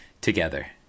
together